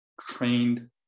trained